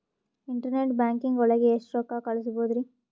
Internet banking ಒಳಗೆ ಎಷ್ಟ್ ರೊಕ್ಕ ಕಲ್ಸ್ಬೋದ್ ರಿ?